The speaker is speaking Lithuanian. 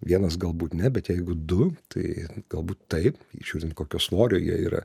vienas galbūt ne bet jeigu du tai galbūt taip žiūrint kokio svorio jie yra